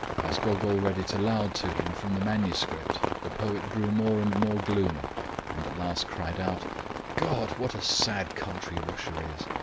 as gogol read it aloud to him from the manuscript the poet grew more and more gloomy and at last cried out god! what a sad country russia is!